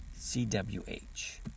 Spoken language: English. CWH